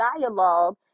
dialogue